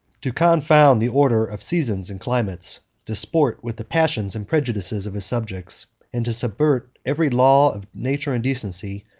to confound the order of seasons and climates, to sport with the passions and prejudices of his subjects, and to subvert every law of nature and decency,